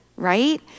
right